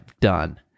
done